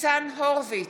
ניצן הורוביץ,